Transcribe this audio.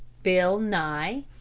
bill nye.